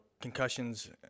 concussions